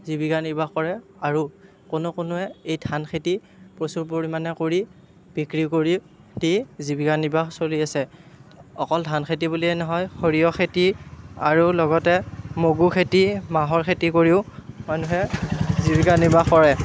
জীৱিকা নিৰ্বাহ কৰে আৰু কোনো কোনোৱে এই ধান খেতি প্ৰচুৰ পৰিমাণে কৰি বিক্ৰী কৰি খেতি জীৱিকা নিৰ্বাহ চলি আছে অকল ধান খেতি বুলিয়ে নহয় সৰিয়হ খেতি আৰু লগতে মগু খেতি মাহৰ খেতি কৰিও মানুহে জীৱিকা নিৰ্বাহ কৰে